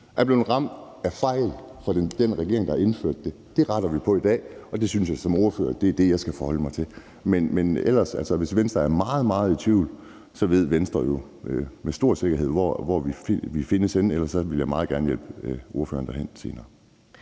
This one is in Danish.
er blevet ramt af fejl fra den regering, der har indført det. Det retter vi i dag, og det er det, jeg som ordfører skal forholde mig til. Ellers vil jeg sige, at hvis Venstre er meget, meget i tvivl, ved Venstre jo med stor sikkerhed, hvor vi findes henne, og ellers vil jeg meget gerne hjælpe ordføreren derhen senere.